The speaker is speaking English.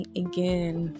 again